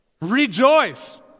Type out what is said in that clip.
Rejoice